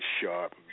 sharp